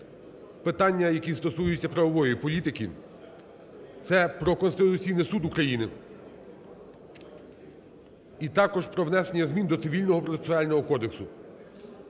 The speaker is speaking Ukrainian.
питання, які стосуються правової політики, це про Конституційний Суд України і також про внесення змін до Цивільного процесуального кодексу.